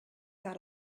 par